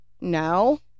no